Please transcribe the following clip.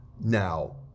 Now